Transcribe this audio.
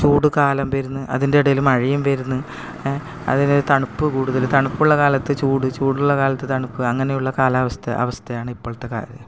ചൂടുകാലം വരുന്നു അതിൻ്റെ ഇടയിൽ മഴയും വരുന്നു എ അതിനൊരു തണുപ്പ് കൂടുതൽ തണുപ്പുള്ള കാലത്ത് ചൂട് ചൂടുള്ള കാലത്ത് തണുപ്പ് അങ്ങനെയുള്ള കാലാവസ്ഥ അവസ്ഥയാണ് ഇപ്പോളത്തെ കാ